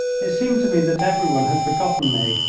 it seemed to me that everyone had forgotten me,